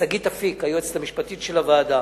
לשגית אפיק, היועצת המשפטית של הוועדה,